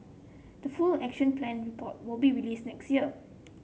the full Action Plan report will be released next year